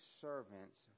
servants